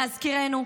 להזכירנו,